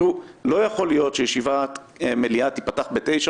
לא יכול להיות שישיבת מליאה תיפתח ב-9:00.